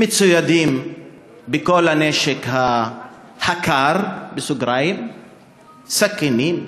מצוידים בכלי "נשק קר" סכינים,